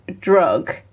drug